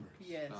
Yes